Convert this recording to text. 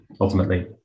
ultimately